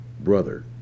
brother